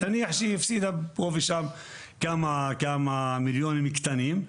נניח שהיא הפסידה פה ושם כמה מיליונים קטנים,